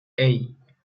hey